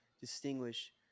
distinguish